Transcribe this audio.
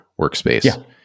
workspace